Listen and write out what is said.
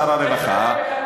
שר הרווחה,